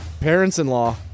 Parents-in-law